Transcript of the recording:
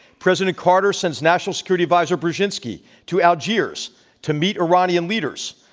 president carter sends national security advisor brzezinski to algiers to meet iranian leaders,